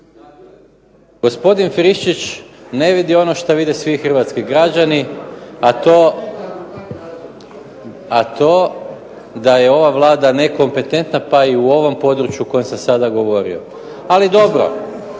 Gospodin Friščić ne vidi ono što vide svi hrvatski građani, a to je da je ova Vlada nekompetentna pa i u ovom području o kojem sam sada govorio. Ali dobro